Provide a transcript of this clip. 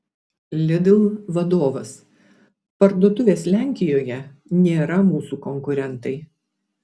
lidl vadovas parduotuvės lenkijoje nėra mūsų konkurentai